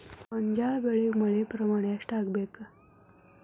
ಗೋಂಜಾಳ ಬೆಳಿಗೆ ಮಳೆ ಪ್ರಮಾಣ ಎಷ್ಟ್ ಆಗ್ಬೇಕ?